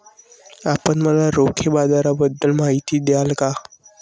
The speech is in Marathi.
आपण मला रोखे बाजाराबद्दल माहिती द्याल का?